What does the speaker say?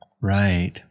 Right